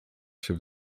się